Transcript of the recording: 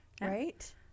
Right